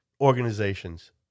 organizations